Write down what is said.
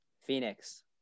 Phoenix